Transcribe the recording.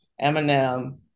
Eminem